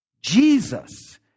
Jesus